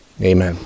amen